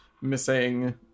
missing